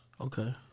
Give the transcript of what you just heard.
Okay